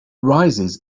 rises